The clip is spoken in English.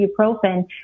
ibuprofen